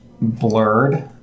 blurred